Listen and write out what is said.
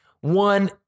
One